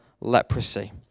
leprosy